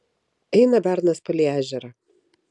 eina bernas palei ežerą